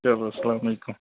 چلو سلامُ علیکُم